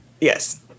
yes